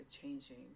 changing